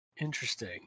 Interesting